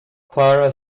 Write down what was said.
clara